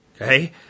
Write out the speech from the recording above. Okay